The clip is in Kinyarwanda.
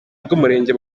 bw’umurenge